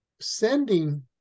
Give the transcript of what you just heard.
sending